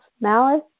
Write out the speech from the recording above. malice